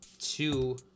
two